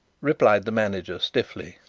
replied the manager stiffly.